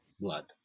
blood